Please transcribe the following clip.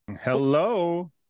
Hello